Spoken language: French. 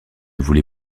voulez